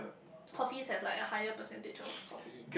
coffees have like a higher percentage of coffee